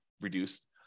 reduced